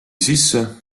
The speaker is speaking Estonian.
sisse